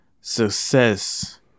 success